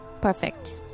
perfect